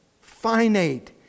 finite